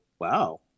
Wow